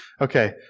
Okay